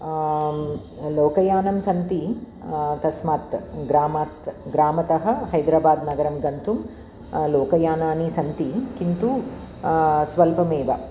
लोकयानं सन्ति तस्मात् ग्रामात् ग्रामतः हैद्राबाद्नगरं गन्तुं लोकयानानि सन्ति किन्तु स्वल्पमेव